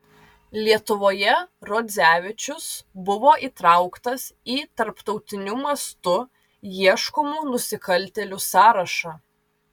lietuvoje rodzevičius buvo įtrauktas į tarptautiniu mastu ieškomų nusikaltėlių sąrašą